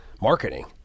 marketing